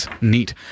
neat